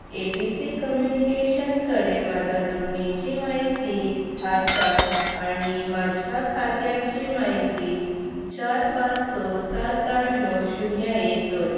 ए B C communications कडेन म्हाज्या जोडणीची म्हायती आसा आनी म्हाज्या खात्याची म्हायती चार पांच स सात आठ णव शुन्य एक दोन